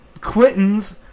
Clinton's